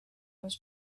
was